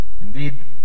Indeed